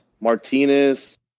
Martinez